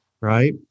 Right